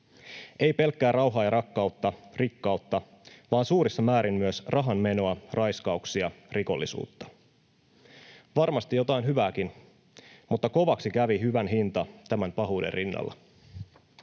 Ei pelkkää rauhaa ja rakkautta, rikkautta, vaan suurissa määrin myös rahanmenoa, raiskauksia, rikollisuutta. Varmasti jotain hyvääkin, mutta kovaksi kävi hyvän hinta tämän pahuuden rinnalla.